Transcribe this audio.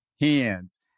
hands